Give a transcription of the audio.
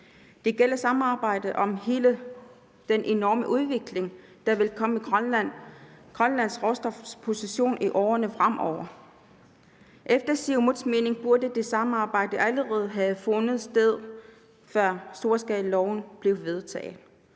Det gælder samarbejde om hele den enorme udvikling, der vil komme omkring Grønlands råstofposition i årene fremover. Efter Siumuts mening burde det samarbejde allerede have fundet sted, før storskalaloven blev vedtaget.